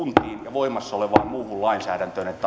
voimassa olevaan muuhun lainsäädäntöön että